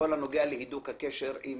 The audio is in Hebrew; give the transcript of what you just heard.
שבכל הנוגע להידוק הקשר אם